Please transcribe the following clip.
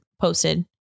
posted